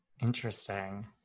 Interesting